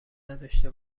نداشته